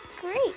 great